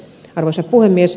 arvoisa puhemies